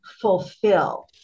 fulfill